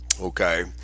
okay